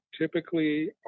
typically